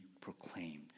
proclaimed